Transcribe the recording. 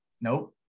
Nope